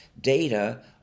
data